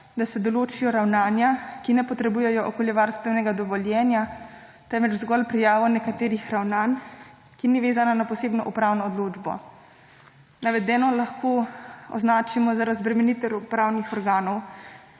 da se določijo ravnanja, ki ne potrebujejo okoljevarstvenega dovoljenja, temveč zgolj prijavo nekaterih ravnanj, ki ni vezana na posebno upravno odločbo. Navedeno lahko označimo za razbremenitev upravnih organov,